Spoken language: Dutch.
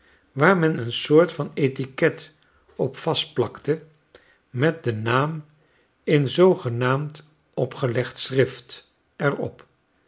waar men een soort van etiquette op vastplakte met den naam in zoogenaamd opgelegd schrift er